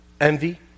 envy